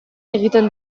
egiten